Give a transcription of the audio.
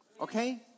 okay